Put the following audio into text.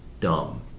dumb